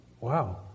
Wow